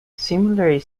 similar